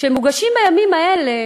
שמוגשים בימים האלה